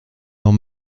dans